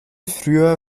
früher